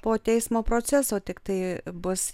po teismo proceso tiktai bus